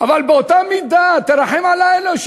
אבל באותה מידה תרחם עלינו,